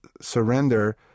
surrender